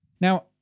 Now